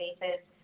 basis